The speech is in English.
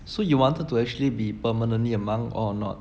so you wanted to actually be permanently a monk or not